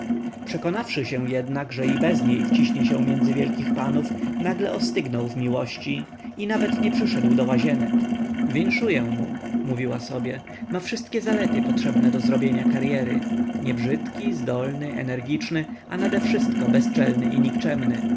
przekonawszy się jednak że i bez niej wciśnie się między wielkich panów nagle ostygnął w miłości i nawet nie przyszedł do łazienek winszuję mu mówiła sobie ma wszystkie zalety potrzebne do zrobienia karyery niebrzydki zdolny energiczny a nadewszystko bezczelny i